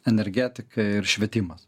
energetika ir švietimas